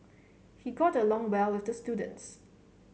he got along well with the students